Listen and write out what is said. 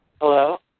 Hello